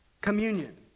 communion